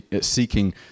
seeking